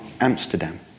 Amsterdam